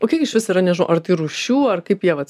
o kiek išvis yra nežinau ar tai rūšių ar kaip jie vat